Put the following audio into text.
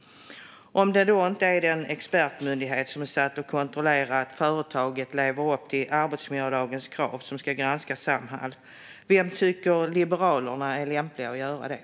Om det inte är den expertmyndighet som är satt att kontrollera att företaget lever upp till arbetsmiljölagens krav som ska granska Samhall, vem tycker Liberalerna är lämplig att göra det?